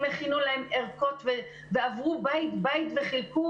הכינו להם ערכות ועברו בית בית וחילקו